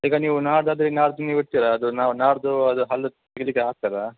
ಈಗ ನೀವು ನಾಡ್ದು ಆದರೆ ನಾಡ್ದು ನೀವು ಇರ್ತೀರಾ ಅದು ನಾವು ನಾಡ್ದು ಅದು ಹಲ್ಲು ತೆಗಿಲಿಕ್ಕೆ ಆಗ್ತದಾ